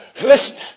Listen